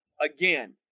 Again